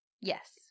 yes